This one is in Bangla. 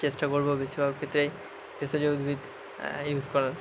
চেষ্টা করবো বেশিরভাগ ক্ষেত্রেই ভেষজ উদ্ভিদ ইউস করার